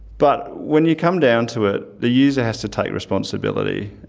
but when you come down to it, the user has to take responsibility.